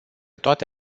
toate